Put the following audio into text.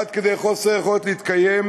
עד כדי חוסר יכולת להתקיים,